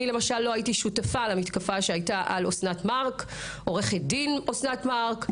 אני לא הייתי שותפה למתקפה שהייתה על עו"ד אוסנת מארק.